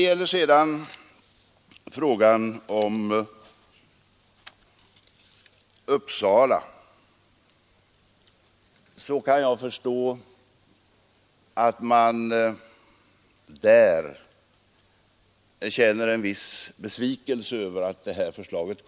Jag kan förstå att man i Uppsala känner en viss besvikelse över det här förslaget.